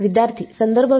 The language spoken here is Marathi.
विद्यार्थीः